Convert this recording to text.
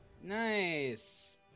Nice